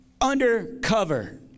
Undercover